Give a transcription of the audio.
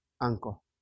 uncle